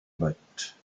bottes